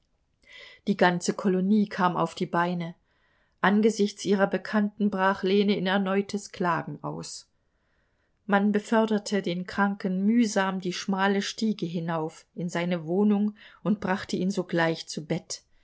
die ganze kolonie kam auf die beine angesichts ihrer bekannten brach lene in erneutes klagen aus man beförderte den kranken mühsam die schmale stiege hinauf in seine wohnung und brachte ihn sogleich zu bett